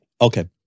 Okay